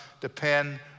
depend